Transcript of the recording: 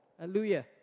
Hallelujah